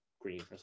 green